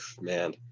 man